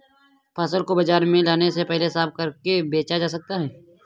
फसल को बाजार में लाने से पहले साफ करके बेचा जा सकता है?